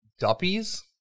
Duppies